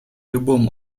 любом